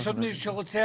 יש עוד מישהו שרוצה?